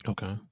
Okay